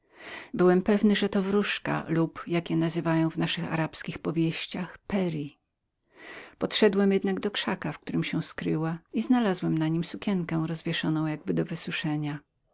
nie wątpiłem żeby to nie była wróżka lub jak nazywają w naszych arabskich powieściach peri poszedłem jednak do krzaku w którym się była skryła i znalazłem rozwieszoną na nim jej sukienkę jakby do wysuszenia